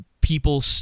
people